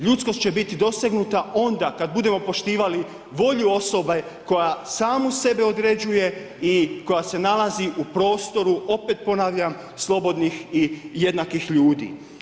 Ljudskog će biti dosegnuta, onda kada budemo poštivali volju osobe, koja samu sebe određuje i koja se nalazi u prostoru, opet ponavljam, slobodnih i jednakih ljudi.